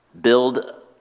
Build